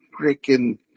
freaking